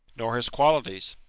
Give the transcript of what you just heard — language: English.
nor his qualities.